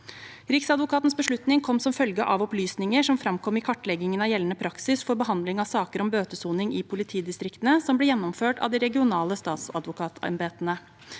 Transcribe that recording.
Riksadvokatens beslutning kom som følge av opplysninger som framkom i kartleggingen av gjeldende praksis for behandling av saker om bøtesoning i politidistriktene. Den ble gjennomført av de regionale statsadvokatembetene,